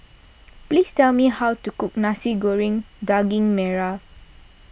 please tell me how to cook Nasi Goreng Daging Merah